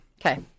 Okay